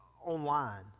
online